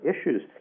issues